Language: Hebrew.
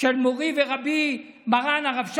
של מורי ורבי מרן הרב שך,